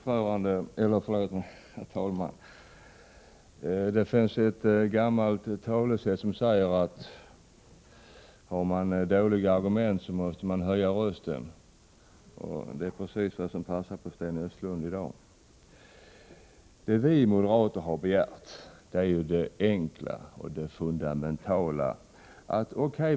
Herr talman! Det finns ett gammalt talesätt som säger att när man har dåliga argument måste man höja rösten, och det passar precis på Sten Östlund i dag. Det vi moderater har begärt är enkelt och fundamentalt.